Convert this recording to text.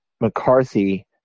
McCarthy